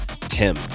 TIM